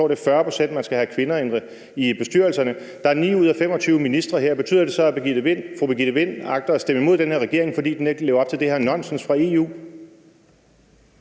Jeg forstår, der skal være 40 pct. kvinder i bestyrelserne, men der er 9 ud af 25 ministre her, der er kvinder, og betyder det så, at fru Birgitte Vind agter at stemme imod den her regering, fordi den ikke lever op til det her nonsens fra EU?